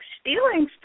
stealing